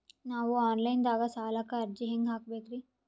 ನಾವು online ದಾಗ ಸಾಲಕ್ಕ ಅರ್ಜಿ ಹೆಂಗ ಹಾಕಬೇಕ್ರಿ?